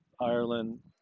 Ireland